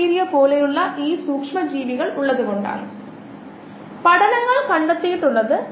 biomass അല്ലെങ്കിൽ സെല്ലുകൾ bio ഉൽപ്പന്നങ്ങൾ ഏതൊരു ബയോപ്രോസസിന്റെയും രണ്ട് പ്രധാന ഫലങ്ങൾ ഇവയാണ്